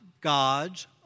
God's